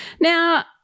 Now